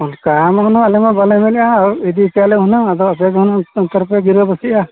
ᱚᱱᱠᱟ ᱢᱟ ᱦᱩᱱᱟᱹᱝ ᱟᱞᱮ ᱫᱚ ᱵᱟᱞᱮ ᱢᱮᱱᱮᱫᱼᱟ ᱤᱫᱤ ᱠᱟᱛᱮᱫ ᱦᱩᱱᱟᱹᱝ ᱟᱫᱚ ᱟᱯᱮ ᱜᱮ ᱦᱩᱱᱟᱹᱝ ᱚᱱᱛᱮ ᱨᱮᱯᱮ ᱜᱤᱨᱟᱹ ᱵᱟᱹᱥᱤᱜᱼᱟ